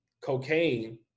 cocaine